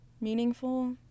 Meaningful